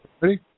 Ready